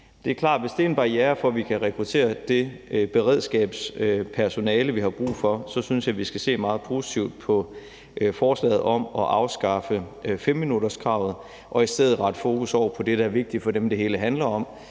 Det er klart, at jeg, hvis det er en barriere for, at vi kan rekruttere det beredskabspersonale, vi har brug for, så synes, vi skal se meget positivt på forslaget om at afskaffe 5-minutterskravet og i stedet rette fokus over på det, der er vigtigt for dem, det hele handler om,